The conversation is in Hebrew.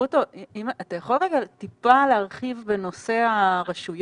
גרוטו, אתה יכול מעט להרחיב בנושא הרשויות?